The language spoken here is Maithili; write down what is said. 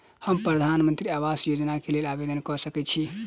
हम प्रधानमंत्री आवास योजना केँ लेल आवेदन कऽ सकैत छी?